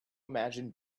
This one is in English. imagine